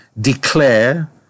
declare